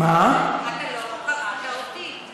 אתה לא קראת אותי.